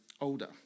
older